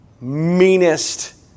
meanest